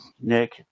Nick